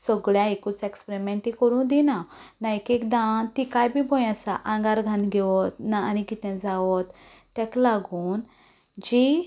सगळ्यांक एकूच एक्सपिरिमॅंट ती करूंक दिना मागीर एक एकदां तिकाय बी भंय आसा आंगार घालून घेवत ना आनी कितें जावत ताका लागून जी